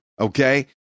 Okay